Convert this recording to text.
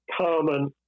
common